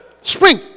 spring